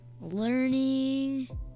learning